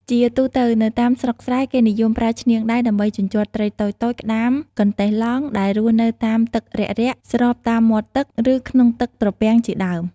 ជាទូទៅនៅតាមស្រុកស្រែ គេនិយមប្រើឈ្នាងដៃ ដើម្បីជញ្ជាត់ត្រីតូចៗ ក្ដាម កន្តេះឡង់ ដែលរស់នៅតាមទឹករាក់ៗប្របតាមមាត់ទឹក ឬក្នុងទឹកត្រពាំងជាដើម។